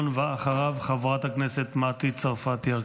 ואחריו חברת הכנסת מטי צרפתי הרכבי.